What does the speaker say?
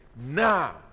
now